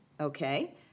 Okay